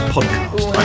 Podcast